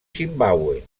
zimbàbue